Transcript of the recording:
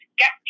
get